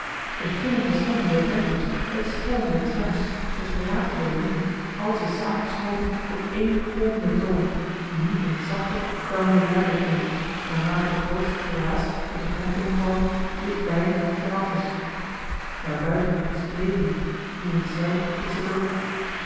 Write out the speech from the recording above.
gillende stemmen der venters het schellen der trams het geratel der wielen alles is saamgesmolten tot één golvenden toon die nu eens zachter dan weer luider klinkt naarmate het grootste geraas dat den grondtoon vormt dichtbij of ver af is daar buiten is het leven hier in de cel is de dood